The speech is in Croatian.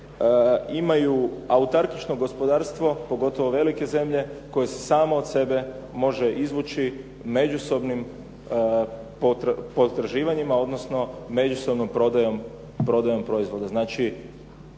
imaju autarkično gospodarstvo, pogotovo velike zemlje koje se same od sebe može izvući međusobnim potraživanjima, odnosno međusobnom prodajom proizvoda.